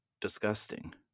disgusting